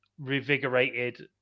revigorated